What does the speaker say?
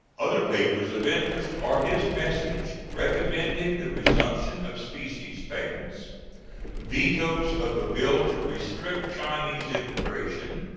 other papers of interest are his message recommending the resumption of specie payments vetoes of a bill to restrict chinese immigration,